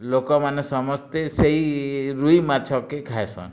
ଲୋକମାନେ ସମସ୍ତେ ସେଇ ରୁହି ମାଛ କେ ଖାଇସନ୍